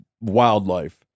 wildlife